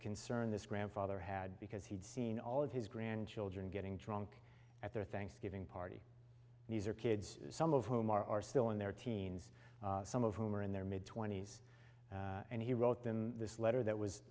concern this grandfather had because he'd seen all of his grandchildren getting drunk at their thanksgiving party these are kids some of whom are still in their teens some of whom are in their mid twenty's and he wrote in this letter that was